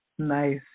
Nice